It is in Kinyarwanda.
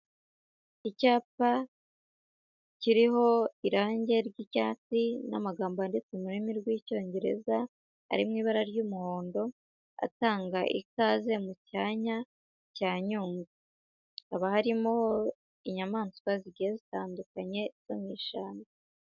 Icyapa kiriho irangi ry'icyatsi n'amagambo yanditse mu rurimi rw'Icyongereza, ari mu ibara ry'umuhondo, atanga ikaze mu cyanya cya Nyungwe. Haba harimo inyamaswa zigiye zitandukanye, zo mu ishyamba.